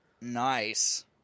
Nice